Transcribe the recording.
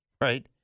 right